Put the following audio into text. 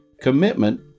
commitment